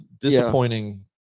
disappointing